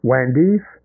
Wendy's